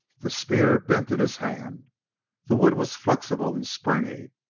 the spear bent in his hands the wood was flexible and springy.